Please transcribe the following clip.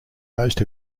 most